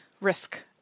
risk